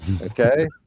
Okay